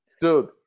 Dude